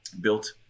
Built